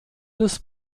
des